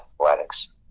athletics